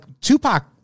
tupac